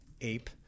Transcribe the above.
Ape